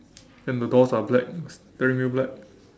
then the doors are black black